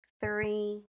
three